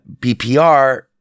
BPR